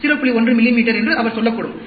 1 மிமீ என்று அவர் சொல்லக்கூடும்